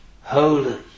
Holy